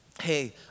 hey